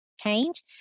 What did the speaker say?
change